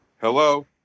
Hello